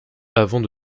avant